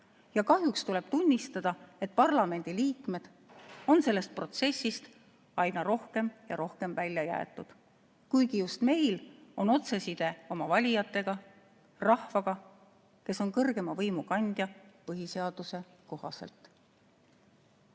Kahjuks tuleb tunnistada, et parlamendiliikmed on sellest protsessist aina rohkem ja rohkem välja jäetud, kuigi just meil on otseside oma valijatega – rahvaga, kes on kõrgeima võimu kandja põhiseaduse kohaselt.